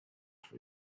for